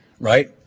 right